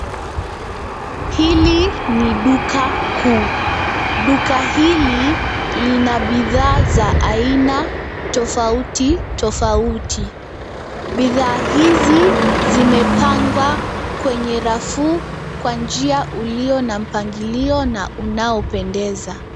Hili ni duka kuu. Duka hili lina bidhaa za aina tofauti tofauti. Bidhaa hizi zimepangwa kwenye rafuu kwa njia iliyo na mpangilio na unaopendeza.